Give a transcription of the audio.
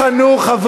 תדברי